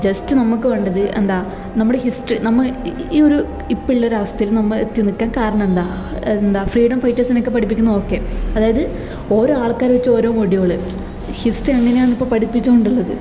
just നമ്മൾക്ക് വേണ്ടത് എന്താ നമ്മുടെ ഹിസ്റ്ററി നമ്മൾ ഈ ഈ ഈ ഒരു ഇപ്പോഴുള്ള അവസ്ഥയിൽ നമ്മൾ എത്തി നിൽക്കാൻ കാരണം എന്താ എന്താ ഫ്രീഡം ഫൈയ്റ്റേസിനെയൊക്കെ പഠിപ്പിക്കുന്നത് ഓക്കെ അതായത് ഓരോ ആൾക്കാരെ വെച്ച് ഓരോ മൊഡ്യൂൾ ഹിസ്റ്ററി അങ്ങനെയാണ് ഇപ്പോൾ പഠിപ്പിച്ചു കൊണ്ടുള്ളത്